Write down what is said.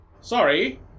Sorry